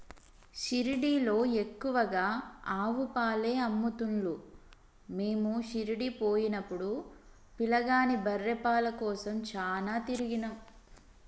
షిరిడీలో ఎక్కువగా ఆవు పాలే అమ్ముతున్లు మీము షిరిడీ పోయినపుడు పిలగాని బర్రె పాల కోసం చాల తిరిగినం